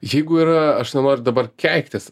jeigu yra aš nenoriu dabar keiktis